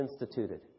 instituted